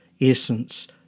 essence